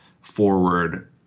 forward